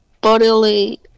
bodily